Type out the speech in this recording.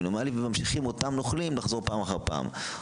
וממשיכים אותם נוכלים לחזור פעם אחר פעם.